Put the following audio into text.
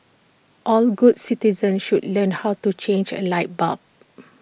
all good citizens should learn how to change A light bulb